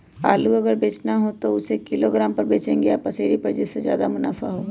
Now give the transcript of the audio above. आलू अगर बेचना हो तो हम उससे किलोग्राम पर बचेंगे या पसेरी पर जिससे ज्यादा मुनाफा होगा?